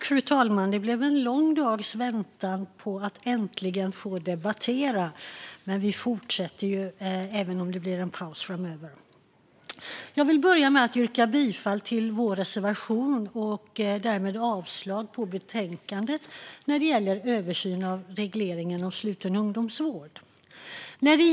Fru talman! Det blev en lång dags väntan på att äntligen få debattera, och vi kommer att fortsätta efter voteringen. Jag vill börja med att yrka bifall till vår reservation och därmed avslag på förslaget i betänkandet som gäller översyn av regleringen om sluten ungdomsvård.